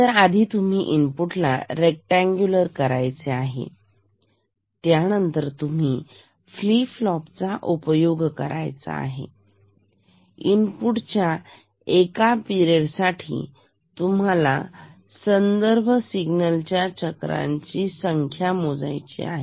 तर आधी तुम्ही इनपुटला रेक्टांगुलार करायचे आहे त्यानंतर तुम्ही फ्लीप फ्लोप चा उपयोग करायचा आहे इनपुढच्या एका पिरेड साठी तुम्हाला संदर्भ सिग्नलच्या चक्रांची संख्या मोजायची आहे